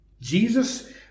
Jesus